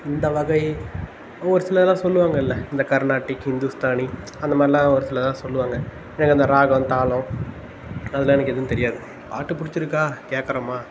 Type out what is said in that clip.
இந்த வகை ஒரு சிலதுலாம் சொல்லுவாங்கள்ல இந்த கர்னாட்டிக் ஹிந்துஸ்தானி அந்த மாதிரிலாம் ஒரு சிலர்லாம் சொல்லுவாங்க எனக்கு அந்த ராகம் தாளம் அதெலாம் எனக்கு எதுவும் தெரியாது பாட்டு பிடிச்சுருக்கா கேட்குறம்மா